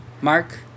Mark